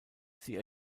sie